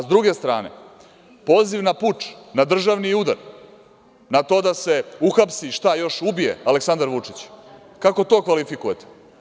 S druge strane, poziv na puč, na državni udar, na to da se uhapsi, ubije Aleksandar Vučić, kako to kvalifikujete?